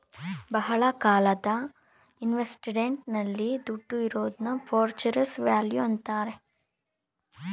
ಬಹಳ ಕಾಲ ಇನ್ವೆಸ್ಟ್ಮೆಂಟ್ ನಲ್ಲಿ ದುಡ್ಡು ಇರೋದ್ನ ಫ್ಯೂಚರ್ ವ್ಯಾಲ್ಯೂ ಅಂತಾರೆ